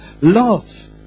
love